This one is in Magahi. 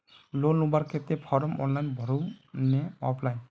लोन लुबार केते फारम ऑनलाइन भरुम ने ऑफलाइन?